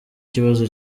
kibazo